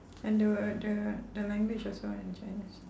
under what the the language also in chinese